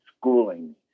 schooling